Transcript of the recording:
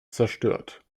zerstört